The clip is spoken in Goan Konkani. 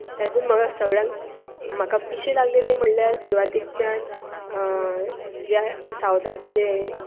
तातूंत म्हाका सगळ्यान म्हाका पिशें लागलें तें म्हणल्यार सुरवातेकच्यान जे सावथाचे जे